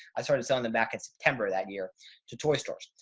i started selling them back in september of that year to toy stores.